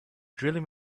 drilling